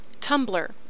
Tumblr